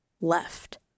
left